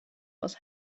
was